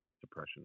depression